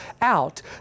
out